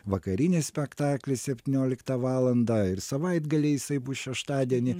vakarinis spektaklis septynioliktą valandą ir savaitgalį jisai bus šeštadienį